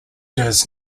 does